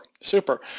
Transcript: super